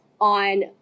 on